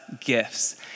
gifts